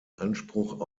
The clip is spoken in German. anspruch